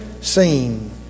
seen